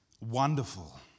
wonderful